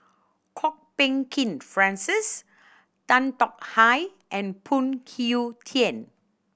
Kwok Peng Kin Francis Tan Tong Hye and Phoon Kew Tien